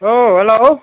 औ हेलौ